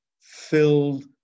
filled